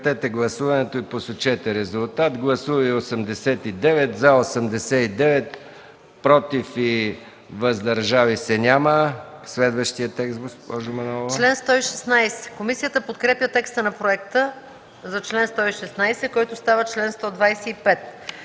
Комисията подкрепя текста на проекта за чл. 122, който става чл. 131.